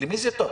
למי זה טוב?